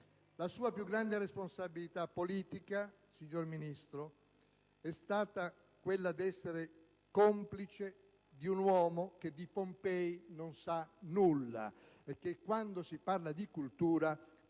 La sua più grande responsabilità politica, signor Ministro, è stata quella di essere complice di un uomo che di Pompei non sa nulla e che quando si parla di cultura